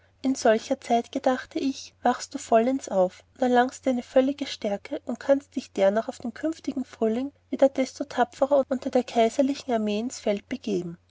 in solcher zeit gedachte ich wächst du vollends aus und erlangest deine völlige stärke und kannst dich darnach auf den künftigen frühling wieder desto tapferer unter die kaiserliche armee ins feld begeben